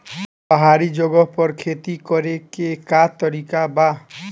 पहाड़ी जगह पर खेती करे के का तरीका बा?